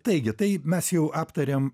taigi tai mes jau aptarėm